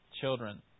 children